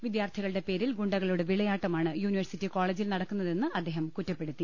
വിദ്യാർത്ഥികളുടെ പേരിൽ ഗുണ്ടക ളുടെ വിളയാട്ടമാണ് യൂണിവേഴ്സിറ്റി കോളേജിൽ നടക്കുന്നതെന്ന് അദ്ദേഹം കുറ്റപ്പെടുത്തി